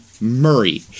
Murray